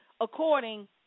according